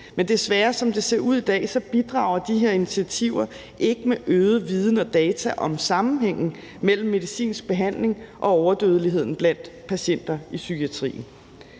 Men desværre – som det ser ud i dag – bidrager de her initiativer ikke med øget viden og data om sammenhængen mellem medicinsk behandling og overdødeligheden blandt patienter i psykiatrien.